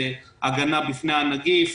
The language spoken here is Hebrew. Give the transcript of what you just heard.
הגנה מפני הנגיף.